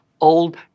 Old